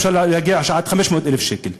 אפשר להגיד שעד 500,000 שקל,